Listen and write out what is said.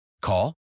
Call